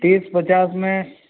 तीस पचास में